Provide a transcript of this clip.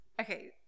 Okay